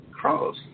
cross